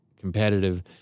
competitive